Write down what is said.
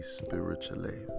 spiritually